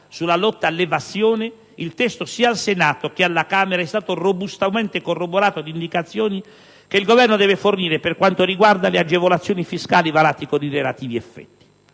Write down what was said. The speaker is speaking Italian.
sulla lotta all'evasione, il testo sia al Senato che alla Camera è stato robustamente corroborato di indicazioni che il Governo deve fornire per quanto riguarda le agevolazioni fiscali varate con i relativi effetti.